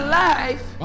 life